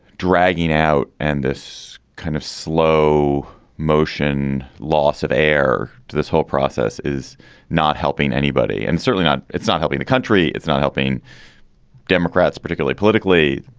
dragging out and this kind of slow motion loss of air to this whole process is not helping anybody and certainly not it's not helping the country. it's not helping democrats, particularly politically,